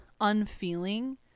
unfeeling